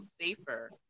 safer